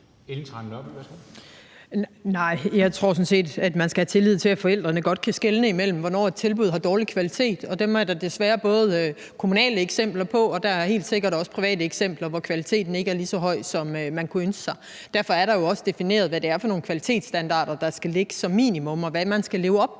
(V): Jeg tror sådan set, at man skal have tillid til, at forældrene godt kan se, hvornår et tilbud har en dårlig kvalitet, og dem er der desværre kommunale eksempler på, og der er helt sikkert også private tilbud, hvor kvaliteten ikke er så god, som man kunne ønske sig. Derfor er det jo også defineret, hvad det er for nogle kvalitetsstandarder, der skal ligge som minimum, og hvad man skal leve op til